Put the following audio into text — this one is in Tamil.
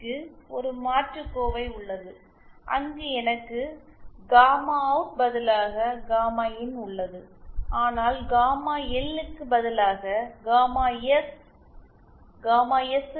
க்கு ஒரு மாற்று எக்ஸ்பிரஷன் உள்ளது அதில் எனக்கு காமா அவுட் பதிலாக காமா இன்உள்ளது ஆனால் காமா எல் க்கு பதிலாக காமா எஸ் காமா எஸ்